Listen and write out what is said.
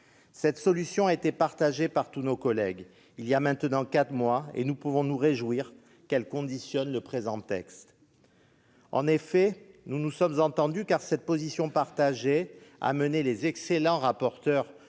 Cette solution a été partagée par tous mes collègues voilà maintenant quatre mois. Nous pouvons nous réjouir qu'elle conditionne le présent texte. En effet, nous nous sommes entendus, et cette position partagée a mené les excellents rapporteurs